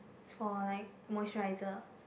is for like moisturiser